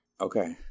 Okay